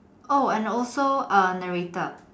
oh and also a narrator